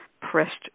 pressed